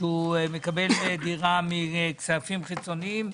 כשהוא מקבל דירה מכספים חיצוניים.